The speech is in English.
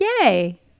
yay